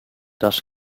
does